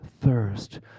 thirst